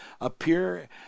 appear